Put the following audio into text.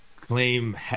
Claim